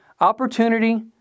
opportunity